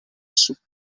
sutton